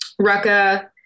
rucka